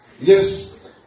Yes